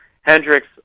Hendricks